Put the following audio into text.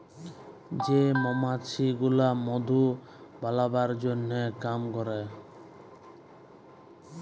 যে মমাছি গুলা মধু বালাবার জনহ কাম ক্যরে